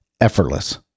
effortless